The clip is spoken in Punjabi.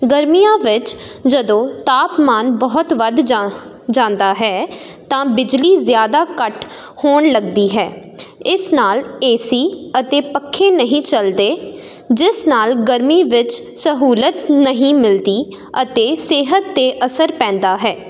ਗਰਮੀਆਂ ਵਿੱਚ ਜਦੋਂ ਤਾਪਮਾਨ ਬਹੁਤ ਵੱਧ ਜਾ ਜਾਂਦਾ ਹੈ ਤਾਂ ਬਿਜਲੀ ਜ਼ਿਆਦਾ ਘੱਟ ਹੋਣ ਲੱਗਦੀ ਹੈ ਇਸ ਨਾਲ ਏ ਸੀ ਅਤੇ ਪੱਖੇ ਨਹੀਂ ਚੱਲਦੇ ਜਿਸ ਨਾਲ ਗਰਮੀ ਵਿੱਚ ਸਹੂਲਤ ਨਹੀਂ ਮਿਲਦੀ ਅਤੇ ਸਿਹਤ 'ਤੇ ਅਸਰ ਪੈਂਦਾ ਹੈ